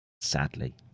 Sadly